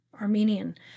Armenian